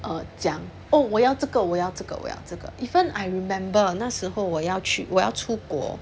err 讲哦我要这个我要这个我要这个 even I remember 那时候我要去我要出国